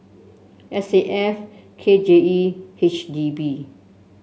S A F K J E H D B